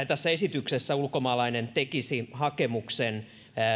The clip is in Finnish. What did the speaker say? tässä esityksessä ulkomaalainen tekisi hakemuksen